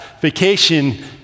vacation